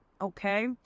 okay